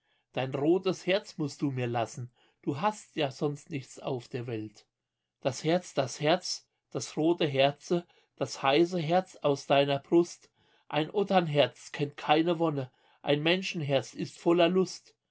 dein rotes herz mußt du mir lassen du hast ja sonst nichts auf der welt das herz das herz das rote herze das heiße herz aus deiner brust ein otternherz kennt keine wonne ein menschenherz ist voller lust